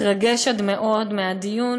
מתרגשת מאוד מהדיון,